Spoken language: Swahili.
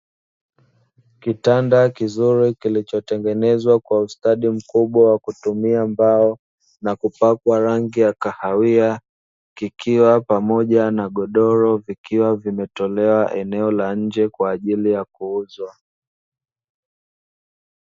Kitanda kizuri kilichotengenezwa kwa ustadi mkubwa wa kutumia mbao na kupakwa rangi ya kahawia, kikiwa pamoja na godoro vikiwa vimetolewa eneo la nje kwa ajili ya kuuzwa.